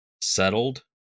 settled